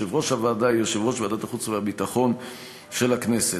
יושב ראש הוועדה יהיה יושב-ראש ועדת החוץ והביטחון של הכנסת.